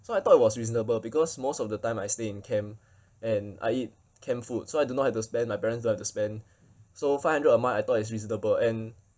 so I thought it was reasonable because most of the time I stay in camp and I eat camp food so I do not have to spend my parents don't have to spend so five hundred a month I thought is reasonable and